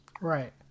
Right